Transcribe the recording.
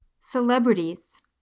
Celebrities